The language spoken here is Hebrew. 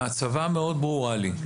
ההצבה מאוד ברורה לי.